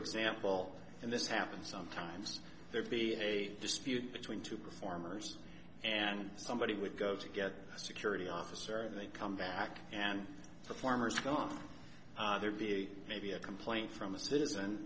example and this happens sometimes there'd be a dispute between two performers and somebody would go to get a security officer they'd come back and performers go on there be maybe a complaint from a cit